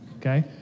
okay